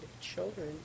children